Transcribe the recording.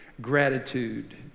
Gratitude